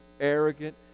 arrogant